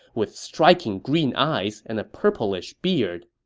with striking green eyes and a purplish beard.